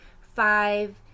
five